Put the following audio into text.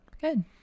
Good